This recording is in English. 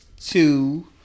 Two